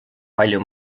palju